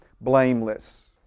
blameless